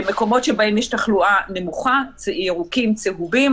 מקומות שבהם יש תחלואה נמוכה ירוקים, צהובים